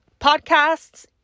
podcasts